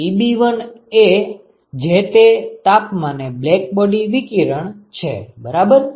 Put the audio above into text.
Ebi એ જે તે તાપમાને બ્લેકબોડી વિકિરણ છે બરાબર